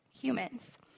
humans